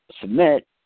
submit